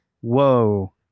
Whoa